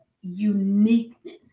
uniqueness